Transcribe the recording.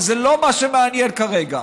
אבל זה לא מה שמעניין כרגע.